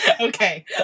Okay